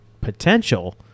potential